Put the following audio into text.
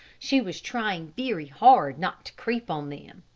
she was trying very hard not to creep on them.